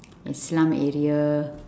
slum area